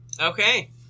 Okay